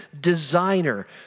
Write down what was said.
designer